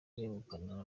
begukana